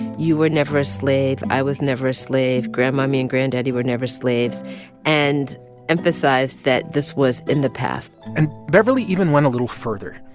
you were never a slave. i was never a slave. grandmommy and granddaddy were never slaves and emphasized that this was in the past and beverly even went a little further.